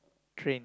train